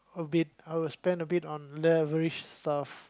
a bit I would spend a bit on lavish stuff